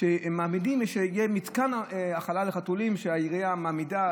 שיהיה מתקן האכלה לחתולים שהעירייה מעמידה,